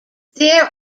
there